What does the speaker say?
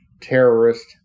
terrorist